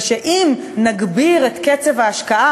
ושאם נגביר את קצב ההשקעה,